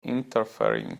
interfering